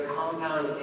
compound